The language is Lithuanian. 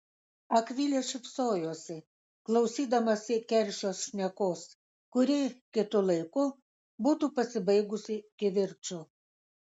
akvilė šypsojosi klausydamasi keršio šnekos kuri kitu laiku būtų pasibaigusi kivirču